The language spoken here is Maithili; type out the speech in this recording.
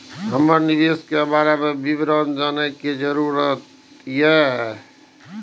हमरा निवेश के बारे में विवरण जानय के जरुरत ये?